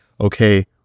Okay